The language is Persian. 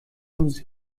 روزی